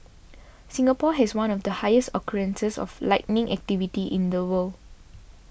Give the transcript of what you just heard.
Singapore has one of the highest occurrences of lightning activity in the world